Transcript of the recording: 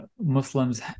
Muslims